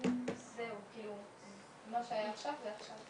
ש של מערכת